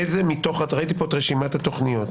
ראיתי פה את רשימת התכניות.